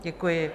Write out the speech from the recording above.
Děkuji.